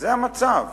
זה המצב.